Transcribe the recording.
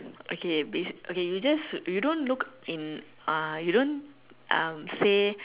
okay bas okay you just you don't look in uh you don't um say